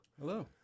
Hello